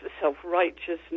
self-righteousness